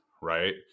right